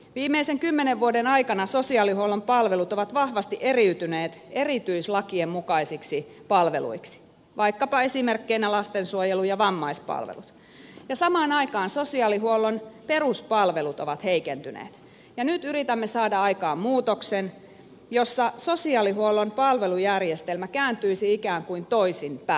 viimeisten kymmenen vuoden aikana sosiaalihuollon palvelut ovat vahvasti eriytyneet erityislakien mukaisiksi palveluiksi vaikkapa esimerkkeinä lastensuojelu ja vammaispalvelut ja samaan aikaan sosiaalihuollon peruspalvelut ovat heikentyneet ja nyt yritämme saada aikaan muutoksen jossa sosiaalihuollon palvelujärjestelmä kääntyisi ikään kuin toisinpäin